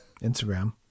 Instagram